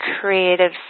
creative